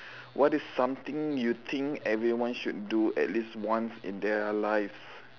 what is something you think everyone should do at least once in their lives